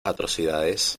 atrocidades